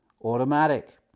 automatic